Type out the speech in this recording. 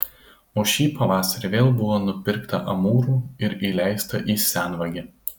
o šį pavasarį vėl buvo nupirkta amūrų ir įleista į senvagę